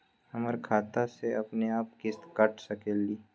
हमर खाता से अपनेआप किस्त काट सकेली?